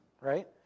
right